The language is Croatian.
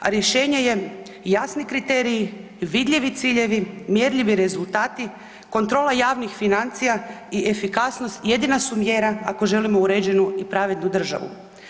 A rješenje je jasni kriteriji, vidljivi ciljevi, mjerljivi rezultati, kontrola javnih financija i efikasnost jedina su mjera ako želimo uređenu i pravednu državu.